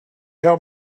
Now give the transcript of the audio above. tell